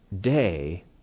day